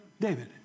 David